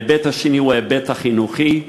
ההיבט השני הוא ההיבט החינוכי,